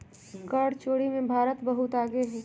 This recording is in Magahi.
कर चोरी में भारत बहुत आगे हई